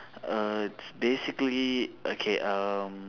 err it's basically okay um